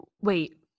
wait